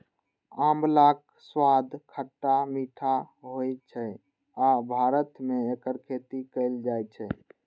आंवलाक स्वाद खट्टा मीठा होइ छै आ भारत मे एकर खेती कैल जाइ छै